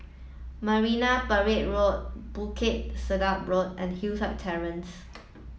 Marine Parade Road Bukit Sedap Road and Hillside Terrace